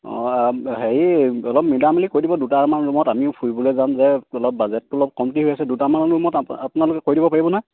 অঁ হেৰি অলপ মিলাই মিলি কৰি দিব দুটামান ৰুমত আমিও ফুৰিবলৈ যাম যে অলপ বাজেটটো অলপ কমটি হৈ আছে দুটামান ৰুমত আপোনালোকে কৰি দিব পাৰিব নহয়